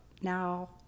now